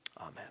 Amen